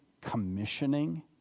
commissioning